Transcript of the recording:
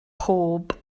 pob